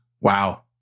Wow